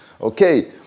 Okay